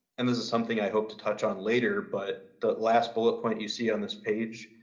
and this is something i hope to touch on later, but the last bullet point you see on this page,